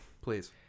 Please